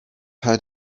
had